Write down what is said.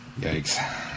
Yikes